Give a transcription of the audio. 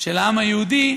של העם היהודי,